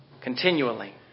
Continually